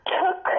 took